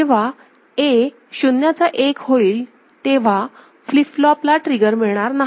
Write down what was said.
जेव्हा A शून्याचा एक होईल तेव्हा फ्लिप फ्लॉप ला ट्रिगर मिळणार नाही